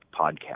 podcast